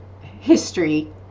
history